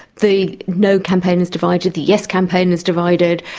the no campaign is divided, the yes campaign is divided,